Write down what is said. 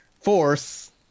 Force